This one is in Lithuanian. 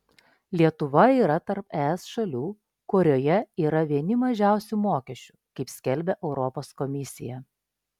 lietuva yra tarp es šalių kurioje yra vieni mažiausių mokesčių kaip skelbia europos komisija